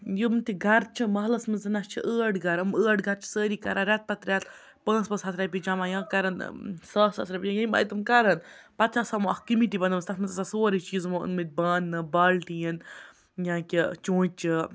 یِم تہِ گَرٕ چھِ مَحلَس منٛز زَن نہ چھِ ٲٹھ گَرٕ یِم ٲٹھ گَرٕ چھِ سٲری کَران رٮ۪تہٕ پَتہٕ رٮ۪تہ پانٛژھ پانٛژھ ہَتھ رۄپیہِ جَمع یا کَرَن ساس ساس رۄپیہِ ییمہ آے تٕم کَرَن پَتہٕ چھِ آسان یِمو اَکھ کٔمِیٹی بَنٲومٕژ تَتھ منٛز چھ آسان سورُے چیٖز یِمو أنمٕتۍ بانہٕ بالٹیٖن یا کہِ چونٛچہِ